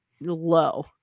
low